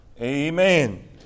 Amen